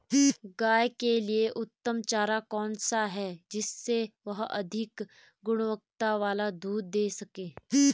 गाय के लिए उत्तम चारा कौन सा है जिससे वह अधिक गुणवत्ता वाला दूध दें सके?